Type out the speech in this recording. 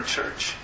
church